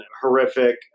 horrific